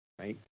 Right